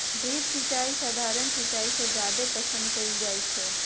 drip सिंचाई सधारण सिंचाई से जादे पसंद कएल जाई छई